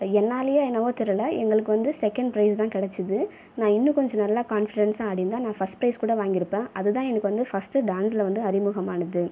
என்னாலையோ என்னவோ தெரிலை எங்களுக்கு வந்து செகண்ட் ப்ரைஸ்தான் கிடைச்சுது நான் இன்னும் கொஞ்சம் நல்லா கான்ஃபிடென்ஸா ஆடியிருந்தா நான் ஃபர்ஸ்ட் ப்ரைஸ் கூட வாங்கியிருப்பேன் அதுதான் எனக்கு வந்து ஃபர்ஸ்ட்டு டான்ஸில் வந்து அறிமுகம் ஆனது